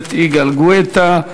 הכנסת יגאל גואטה.